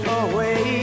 away